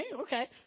Okay